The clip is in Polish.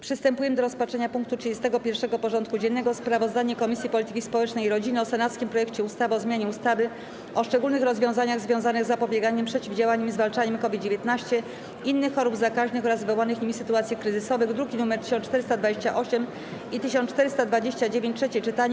Przystępujemy do rozpatrzenia punktu 31. porządku dziennego: Sprawozdanie Komisji Polityki Społecznej i Rodziny o senackim projekcie ustawy o zmianie ustawy o szczególnych rozwiązaniach związanych z zapobieganiem, przeciwdziałaniem i zwalczaniem COVID-19, innych chorób zakaźnych oraz wywołanych nimi sytuacji kryzysowych (druki nr 1428 i 1429) - trzecie czytanie.